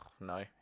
no